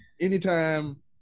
anytime